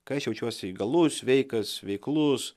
kai aš jaučiuosi įgalus sveikas veiklus